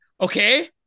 okay